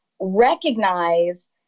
recognize